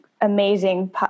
amazing